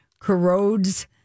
corrodes